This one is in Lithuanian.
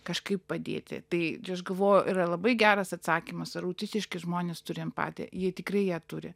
kažkaip padėti tai ir aš galvoju yra labai geras atsakymas ar autistiški žmonės turi empatiją jie tikrai ją turi